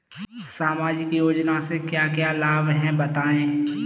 सामाजिक योजना से क्या क्या लाभ हैं बताएँ?